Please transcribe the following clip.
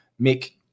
Mick